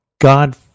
God